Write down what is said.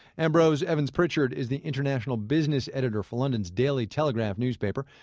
ambrose evans-pritchard is the international business editor for london's daily telegraph newspaper.